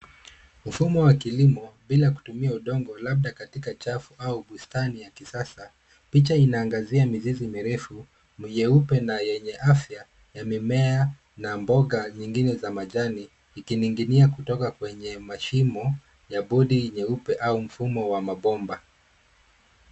Mfumo wa kilimo bila kutumia udongo labda katika chafu au bustani ya kisasa. Picha inaangazia mizizi mirefu, myeupe na yenye afya ya mimea na mboga nyingine za majani ikining'inia kutoka kwenye mashimo ya bodi nyeupe au mfumo wa mabomba.